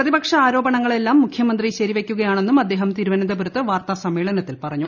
പ്രതിപക്ഷ ആരോപണങ്ങൾ എല്ലാം മുഖ്യമന്ത്രി ശരിവയ്ക്കുകയാണെന്നും അദ്ദേഹം തിരുവനന്തപുരത്ത് വാർത്താസമ്മേളനത്തിൽ പറഞ്ഞു